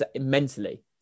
mentally